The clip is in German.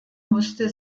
musste